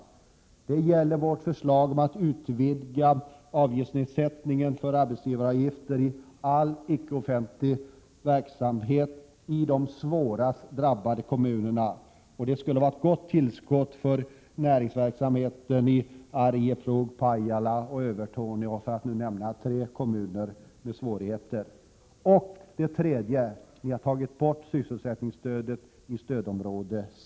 För det andra gäller det folkpartiets förslag om att utvidga nedsättningen av arbetsgivaravgiften i all icke-offentlig verksamhet i de svårast drabbade kommunerna. Det skulle vara ett bra tillskott till näringslivet i Arjeplog, Pajala och Övertorneå, för att nämna tre kommuner med svårigheter. För det tredje har ni tagit bort sysselsättningsstödet i stödområde C.